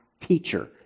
teacher